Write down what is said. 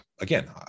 again